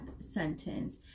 sentence